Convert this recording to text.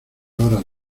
horas